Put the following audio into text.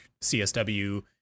CSW